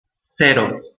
cero